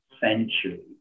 century